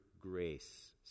grace